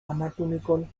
anatomical